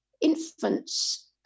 infants